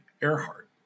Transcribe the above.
Earhart